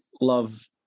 love